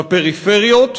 בפריפריות,